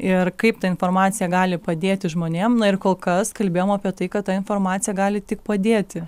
ir kaip ta informacija gali padėti žmonėm na ir kol kas kalbėjom apie tai kad ta informacija gali tik padėti